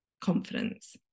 confidence